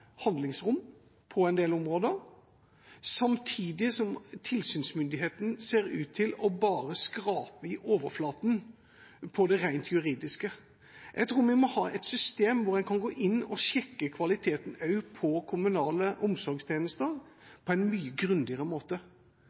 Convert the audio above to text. handlingsrom på en del områder, samtidig som tilsynsmyndigheten ser ut til bare å skrape i overflaten når det gjelder det rent juridiske. Jeg tror vi må ha et system hvor en kan gå inn og sjekke kvaliteten også på kommunale omsorgstjenester på en mye grundigere måte.